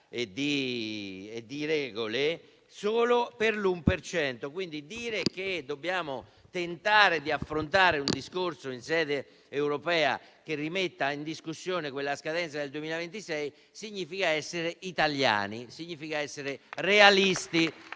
e di regole solo per l'uno per cento. Quindi dire che dobbiamo tentare di affrontare un discorso in sede europea che rimetta in discussione la scadenza del 2026 significa essere italiani, significa essere realisti,